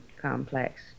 complex